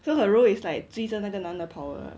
so her role is like 追着那个男的跑的